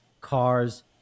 cars